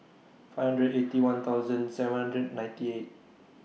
five hundred Eighty One thousand seven hundred ninety eight